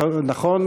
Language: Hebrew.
נכון,